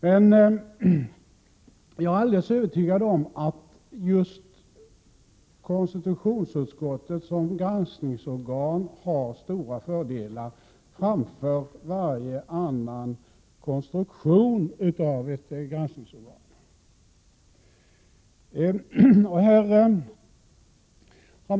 Men jag är alldeles övertygad om att just konstitutionsutskottet som granskningsorgan har stora fördelar framför varje annan konstruktion av ett granskningsorgan.